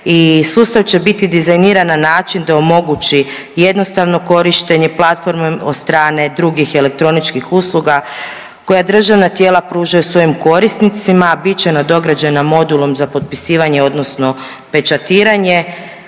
Sustav će biti dizajniran na način da omogući jednostavno korištenje platformom od strane drugih elektroničkih usluga koja državna tijela pružaju svojim korisnicima koje će biti nadograđene modulom za potpisivanje odnosno pečatiranje.